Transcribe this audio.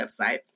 website